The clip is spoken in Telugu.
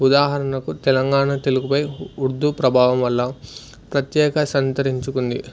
ఉదాహరణకు తెలంగాణ తెలుగుపై ఉర్దూ ప్రభావం వల్ల ప్రత్యేకత సంతరించుకుంది